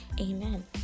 Amen